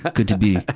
but good to be,